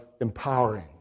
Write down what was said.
empowering